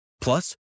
Plus